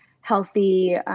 healthy